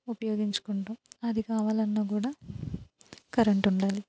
ఉపయోగించుకుంటాం అది కావాలన్నా కూడా కరెంట్ ఉండాలి